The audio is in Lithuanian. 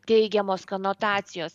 teigiamos konotacijos